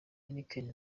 heineken